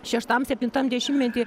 šeštam septintam dešimtmety